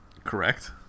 correct